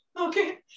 Okay